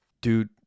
Dude